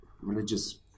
religious